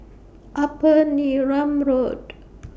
Upper Neram Road